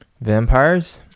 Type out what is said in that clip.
Vampires